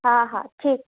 हा हा ठीकु